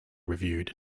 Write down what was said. reviewed